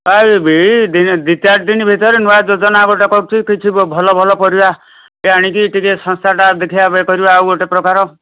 ଏହି ବି ଦିନେ ଦୁଇ ଚାରିଦିନ ଭିତରେ ନୂଆ ଯୋଜନା ଗୋଟେ କରୁଛି କିଛି ଭଲ ଭଲ ପରିବା ଇଏ ଆଣିକି ଟିକେ ସଂସ୍ଥାଟା ଦେଖିବା ଇଏ କରିବା ଆଉ ଗୋଟେ ପ୍ରକାର